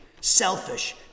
selfish